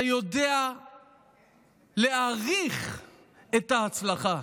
אתה יודע להעריך את ההצלחה,